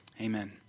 Amen